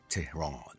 Tehran